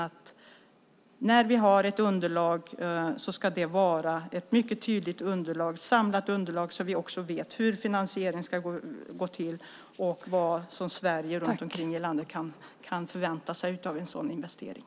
Jag har ambitionen att vi ska ha ett mycket tydligt och samlat underlag så att vi vet hur finansieringen ska gå till och vad olika delar i Sverige kan förvänta sig av en sådan investering.